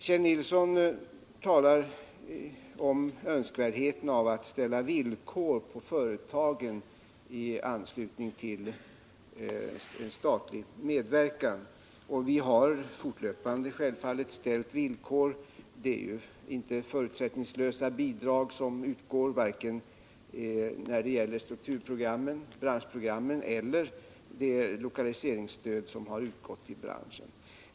Kjell Nilsson talar om önskvärdheten av att ställa villkor på företagen i anslutning till statlig medverkan. Självfallet har vi fortlöpande ställt villkor. De bidrag som utgår är inte förutsättningslösa vare sig när det gäller branschprogram eller när det gäller lokaliseringsstöd.